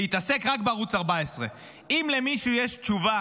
להתעסק רק בערוץ 14. אם למישהו יש תשובה